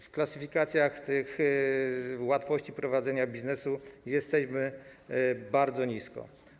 W klasyfikacji łatwości prowadzenia biznesu jesteśmy bardzo nisko.